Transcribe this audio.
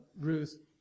Ruth